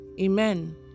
Amen